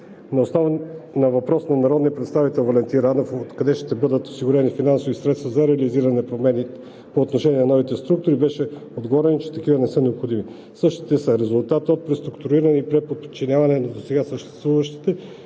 На въпрос на народния представител Валентин Радев откъде ще бъдат осигурени финансови средства за реализиране на промените по отношение на новите структури беше отговорено, че такива не са необходими. Същите са резултат от преструктуриране и преподчиняване на досега съществуващи,